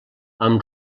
amb